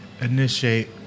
initiate